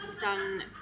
done